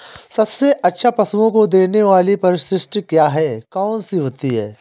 सबसे अच्छा पशुओं को देने वाली परिशिष्ट क्या है? कौन सी होती है?